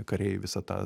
kariai visą tą